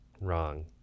wrong